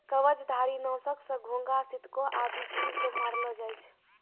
कवचधारी? नासक सँ घोघा, सितको आदि जीव क मारलो जाय छै